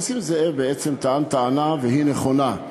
נסים זאב בעצם טען טענה, והיא נכונה.